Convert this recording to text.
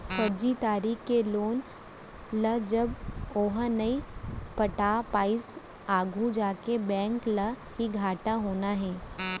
फरजी तरीका के लोन ल जब ओहा नइ पटा पाइस आघू जाके बेंक ल ही घाटा होना हे